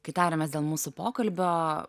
kai tarėmės dėl mūsų pokalbio